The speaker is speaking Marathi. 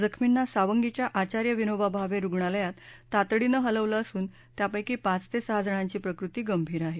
जखमींना सावंगीच्या आचार्य विनोबा भावे रुग्णालयात तातडीनं हलवलं असून त्यापैकी पाच ते सहा जणांची प्रकृती गंभीर आहे